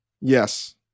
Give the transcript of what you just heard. Yes